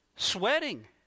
sweating